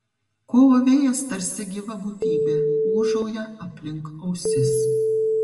kovo vėjas tarsi gyva būtybė ūžauja aplink ausis